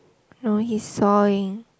no he's sawing